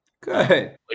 Good